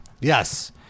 yes